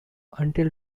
until